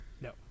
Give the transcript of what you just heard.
No